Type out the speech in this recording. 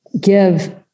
give